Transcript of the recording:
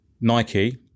Nike